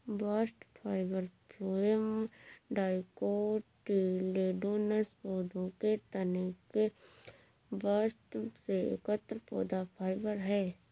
bast fibre phloem dicotyledonous पौधों के तने के बास्ट से एकत्र पौधा फाइबर है